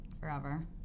Forever